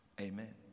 Amen